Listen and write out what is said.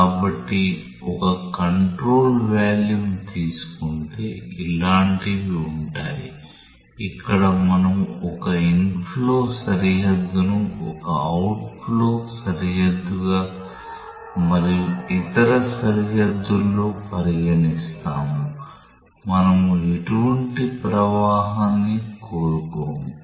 కాబట్టి ఒక control volume తీసుకుంటే ఇలాంటివి ఉంటాయి ఇక్కడ మనము ఒక ఇన్ఫ్లో సరిహద్దును ఒక అవుట్ ఫ్లో సరిహద్దుగా మరియు ఇతర సరిహద్దుల్లో పరిగణిస్తాము మనము ఎటువంటి ప్రవాహాన్ని కోరుకోము